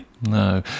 No